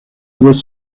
was